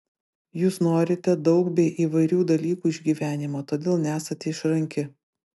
jūs norite daug bei įvairių dalykų iš gyvenimo todėl nesate išranki